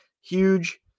huge